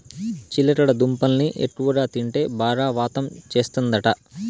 చిలకడ దుంపల్ని ఎక్కువగా తింటే బాగా వాతం చేస్తందట